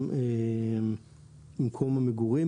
גם מקום מגורים,